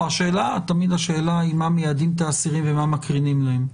תמיד השאלה היא מה מיעדים את האסירים ומה מקרינים להם.